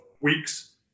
weeks